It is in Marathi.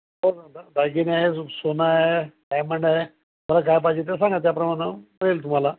पाहिजे काय सोन आहे डायमंड आहे मला काय पाहिजे तर सांगा त्याप्रमाणे होईल तुम्हाला